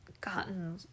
gotten